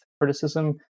criticism